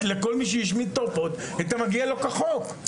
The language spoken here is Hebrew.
לכל מי שהשמיד את העופות את מה שמגיע לו לפי החוק.